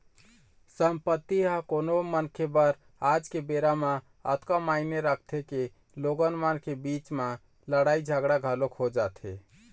संपत्ति ह कोनो मनखे बर आज के बेरा म अतका मायने रखथे के लोगन मन के बीच म लड़ाई झगड़ा घलोक हो जाथे